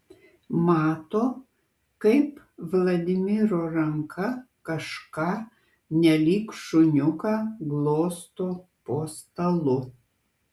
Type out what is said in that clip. mato kaip vladimiro ranka kažką nelyg šuniuką glosto po stalu